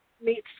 meets